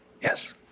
yes